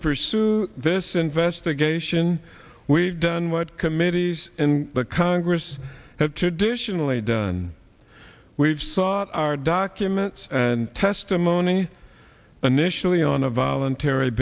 pursue this investigation we've done what committees in the congress have traditionally done we've sought our documents and testimony an initially on a voluntary